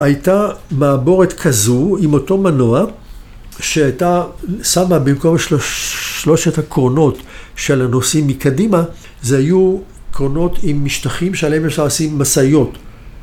הייתה מעבורת כזו, עם אותו מנוע ששמה במקום שלושת הקרונות של הנוסעים מקדימה, זה היו קרונות עם משטחים שעליהם אפשר לשים משאיות.